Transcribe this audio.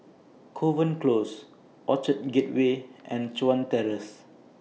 Kovan Close Orchard Gateway and Chuan Terrace